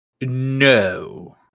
No